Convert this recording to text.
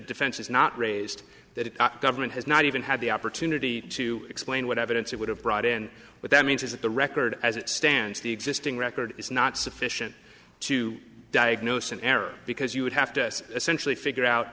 defense is not raised that government has not even had the opportunity to explain what evidence it would have brought in with that means is that the record as it stands the existing record is not sufficient to diagnose an error because you would have to essentially figure out